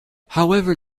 however